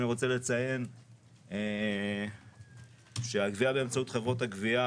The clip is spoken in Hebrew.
אני רוצה לציין שהגבייה באמצעות חברות הגבייה